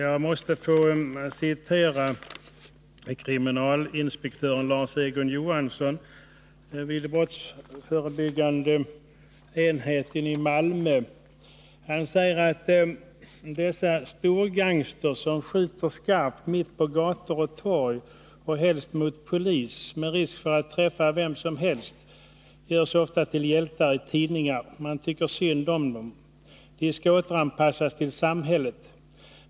Jag måste få citera kriminalinspektör Lars Egon Johansson vid den Interneringspåföljbrottsförebyggande enheten i Malmö. Han säger: dens avskaffande ”Dessa storgangsters som skjuter skarpt mitt på gator och torg och helst Och straffet för mot polis, med risk för att träffa vem som helst, görs ofta till hjältar i tidningar. Man tycker synd om dem. ——-- De ska återanpassas till samhället.